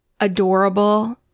adorable